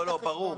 ברור.